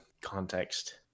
context